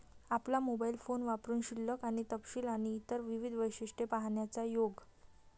आपला mobile phone वापरुन शिल्लक आणि तपशील आणि इतर विविध वैशिष्ट्ये पाहण्याचा योग